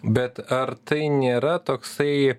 bet ar tai nėra toksai